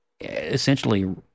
essentially